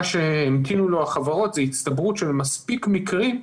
מה שהמתינו לו החברות זה הצטברות של מספיק מקרים,